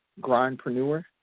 Grindpreneur